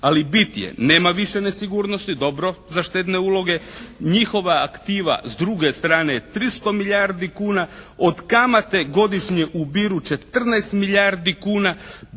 Ali bit je, nema više nesigurnosti, dobro za štedne uloge. Njihova aktiva s druge strane je 300 milijardi kuna. Od kamate godišnje ubiru 14 milijardi kuna.